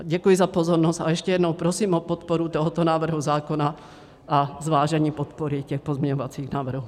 Děkuji za pozornost a ještě jednou prosím o podporu tohoto návrhu zákona a zvážení podpory těch pozměňovacích návrhů.